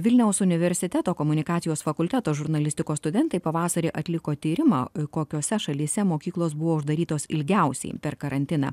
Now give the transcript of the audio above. vilniaus universiteto komunikacijos fakulteto žurnalistikos studentai pavasarį atliko tyrimą kokiose šalyse mokyklos buvo uždarytos ilgiausiai per karantiną